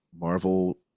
Marvel